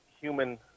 human